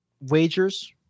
wagers